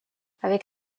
avec